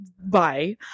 bye